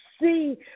see